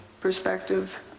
perspective